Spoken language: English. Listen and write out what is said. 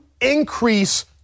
increase